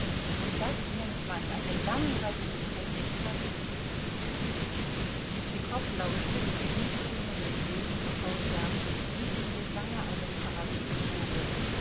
und das nennt man eine langweilige tätigkeit tschitschikow lauschte den süßtönenden reden des hausherrn wie dem gesange eines paradiesvogels